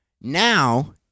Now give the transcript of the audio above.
Now